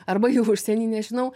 arba į užsienį nežinau